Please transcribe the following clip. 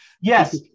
Yes